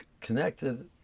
connected